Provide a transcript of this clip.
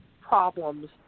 problems